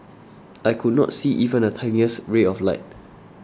I could not see even a tiniest ray of light